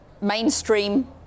mainstream